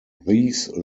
these